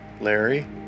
Larry